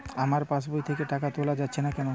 আমার পাসবই থেকে টাকা তোলা যাচ্ছে না কেনো?